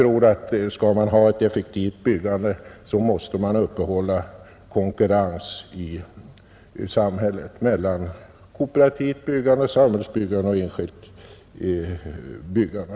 Om vi skall få ett effektivt byggande, måste man uppehålla konkurrens i samhället mellan kooperativt, samhälleligt och enskilt byggande.